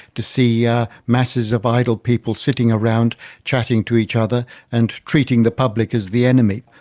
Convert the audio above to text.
to see yeah masses of idle people sitting around chatting to each other and treating the public as the enemy.